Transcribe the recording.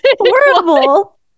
horrible